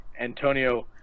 Antonio